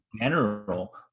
general